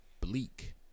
bleak